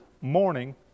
morning